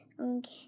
Okay